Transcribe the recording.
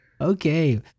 Okay